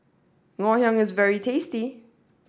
Ngoh Hiang is very tasty